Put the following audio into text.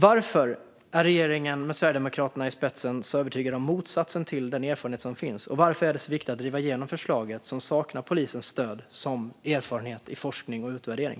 Varför är regeringen med Sverigedemokraterna i spetsen så övertygade om motsatsen till den erfarenhet som finns? Och varför är det så viktigt att driva igenom förslaget, som saknar polisens stöd liksom stöd från erfarenhet, forskning och utvärdering?